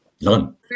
None